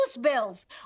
bills